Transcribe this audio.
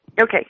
Okay